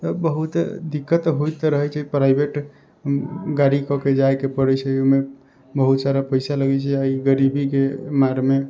बहुत दिक्कत होइत रहै छै प्राइवेट गाड़ी कऽ कऽ जाइके पड़ै छै ओहिमे बहुत सारा पैसा लगै छै एहि गरीबीके मारमे